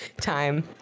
time